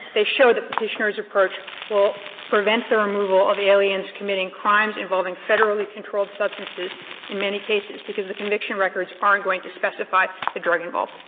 they show that petitioner's approach will prevent the removal of aliens committing crimes involving federally controlled substances in many cases because the conviction records aren't going to specify the drug involved.